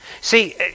See